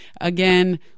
Again